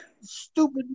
stupid